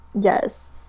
Yes